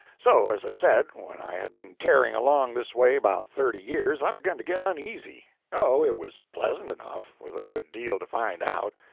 so, as i said, when i had been tearing along this way about thirty years i begun to get uneasy. oh, it was pleasant enough, with a good deal to find out,